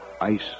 ice